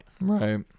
right